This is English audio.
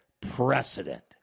precedent